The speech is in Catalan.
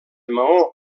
maó